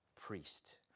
priest